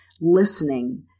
listening